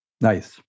Nice